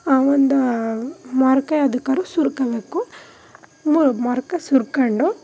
ಒಂದು ಮೊರ್ಕೆ ಯಾವ್ದಕ್ಕಾದ್ರೂ ಸುರ್ಕೋಳ್ಬೇಕು ಮೊರ್ಕ ಸುರ್ಕೊಂಡು